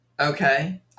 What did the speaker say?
Okay